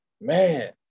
man